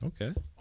Okay